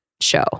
show